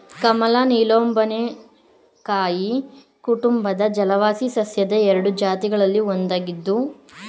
ಕಮಲ ನೀಲಂಬೊನೇಸಿಯಿ ಕುಟುಂಬದ ಜಲವಾಸಿ ಸಸ್ಯದ ಎರಡು ಜಾತಿಗಳಲ್ಲಿ ಒಂದಾಗಿದ್ದು ಬಹುವಾರ್ಷಿಕ ಸಸ್ಯವಾಗಿದೆ